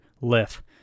lift